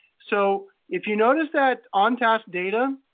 so if you notice that on-task data.